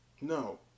No